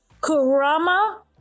Kurama